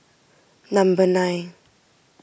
number nine